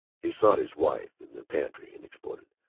he sought his wife, in the pantry, and exploded,